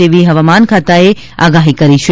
તેવી હવામાન ખાતાએ આગાહી કરી છે